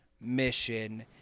mission